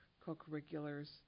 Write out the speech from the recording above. Co-curriculars